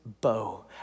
bow